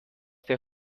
der